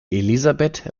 elisabeth